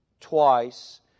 twice